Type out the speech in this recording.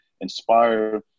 inspire